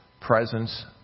presence